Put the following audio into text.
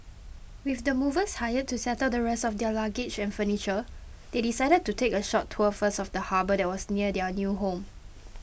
with the movers hired to settle the rest of their luggage and furniture they decided to take a short tour first of the harbour that was near their new home